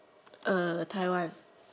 Taiwan